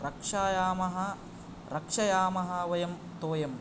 रक्षयामः रक्षयामः वयं तोयं